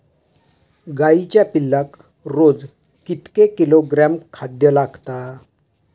गाईच्या पिल्लाक रोज कितके किलोग्रॅम खाद्य लागता?